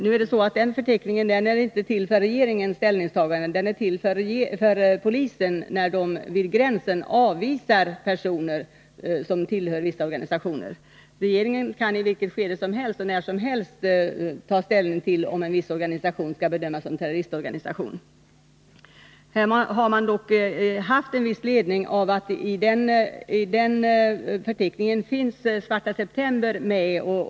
Nu är det så att den förteckningen inte är till för regeringens ställningstagande. Den är till för polisen, som vid gränsen avvisar personer som tillhör vissa organisationer. Regeringen kan i vilket skede som helst och när som helst ta ställning till frågan om en viss organisation skall bedömas som terroristorganisation. Här har man dock haft en viss ledning av att Svarta september finns med i förteckningen.